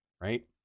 right